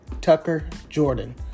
Tucker-Jordan